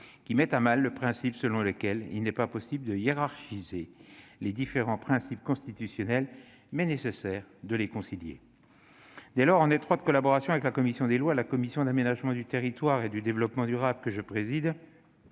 mettrait à mal le principe selon lequel il n'est pas possible de hiérarchiser les différents principes constitutionnels, cependant qu'il est nécessaire de les concilier. Dès lors, en étroite collaboration avec la commission des lois, la commission de l'aménagement du territoire et du développement durable, que je préside,